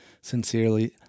Sincerely